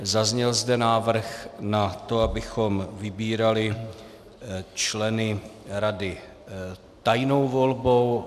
Zazněl zde návrh na to, abychom vybírali členy rady tajnou volbou.